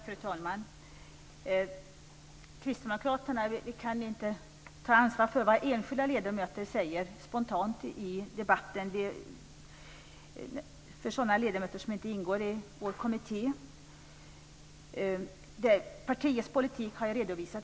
Fru talman! Vi kan inte ta ansvar för vad enskilda ledamöter säger spontant i debatten. Det är sådana ledamöter som inte ingår i vår kommitté. Partiets politik har jag redovisat.